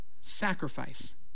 sacrifice